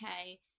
okay